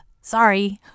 Sorry